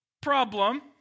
problem